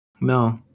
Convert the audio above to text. No